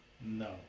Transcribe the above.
No